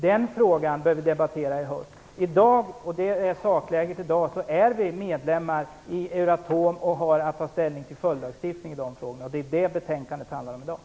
Den frågan bör vi debattera i höst. I dag är sakläget att vi är medlemmar i Euratom och har att ta ställning till följdlagstiftning i de frågorna, och det är det betänkandet handlar om.